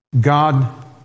God